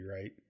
right